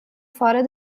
fora